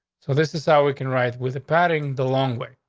so this is how we can write with padding the long way.